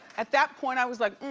at that point, i was like,